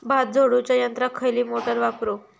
भात झोडूच्या यंत्राक खयली मोटार वापरू?